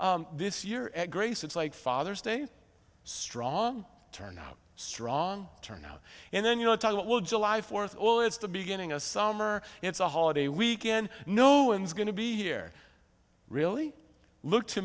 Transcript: this year and grace it's like father's day strong turnout strong turnout and then you know talk about will july fourth well it's the beginning of summer it's a holiday weekend no one's going to be here really look to